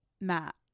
Matt